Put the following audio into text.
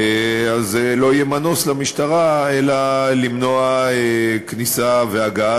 ואז למשטרה לא יהיה מנוס מלמנוע כניסה והגעה